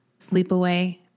Sleepaway